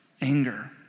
anger